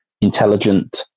intelligent